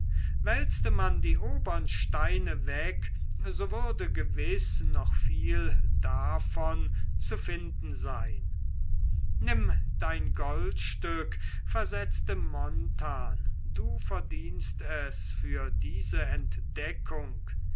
wälzte man die obern steine weg so würde gewiß noch viel davon zu finden sein nimm dein goldstück versetzte montan du verdienst es für diese entdeckung